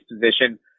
position